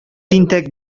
тинтәк